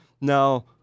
Now